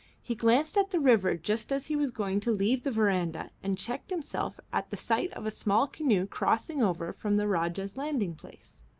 he glanced at the river just as he was going to leave the verandah and checked himself at the sight of a small canoe crossing over from the rajah's landing-place.